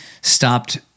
stopped